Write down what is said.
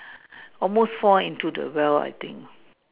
almost fall into the well I think